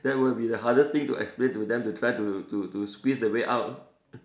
that would be the hardest thing to explain to them to try to to squeeze the way out